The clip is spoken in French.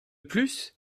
plus